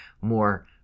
more